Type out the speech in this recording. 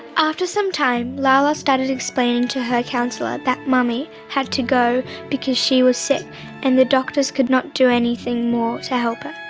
after some time, lala started explaining to her counsellor that mummy had to go because she was sick and the doctors could not do anything more to help her.